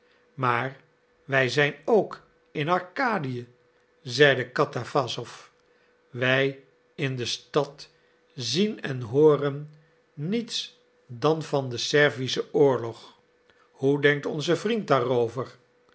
maar wij zijn ook in arkadië zeide katawassow wij in de stad zien en hooren niets dan van den servischen oorlog hoe denkt onze vriend daarover